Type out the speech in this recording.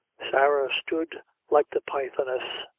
sarah stood like the pythoness,